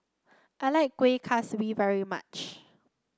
I like Kueh Kaswi very much